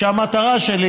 המטרה שלי